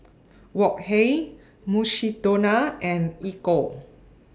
Wok Hey Mukshidonna and Ecco